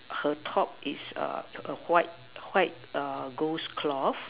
her top is a white ghost cloth